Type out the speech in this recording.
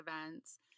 events